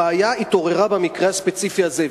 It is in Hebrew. הבעיה התעוררה במקרה הספציפי הזה,